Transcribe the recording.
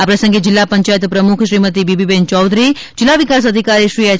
આ પ્રસંગે જિલ્લા પંચાયત પ્રમૂખ શ્રીમતિ બીબીબેન ચૌધરી જિલ્લા વિકાસ અધિકારી શ્રી એય